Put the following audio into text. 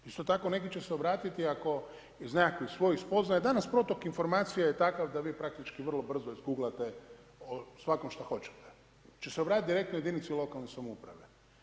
Isto tako neki će se obratiti ako iz nekakvih svojih spoznaja, danas protok informacija je takav da vi praktički vrlo brzo izgooglate o svakom što hoćete, će se obratiti direktno jedinici lokalne samouprave.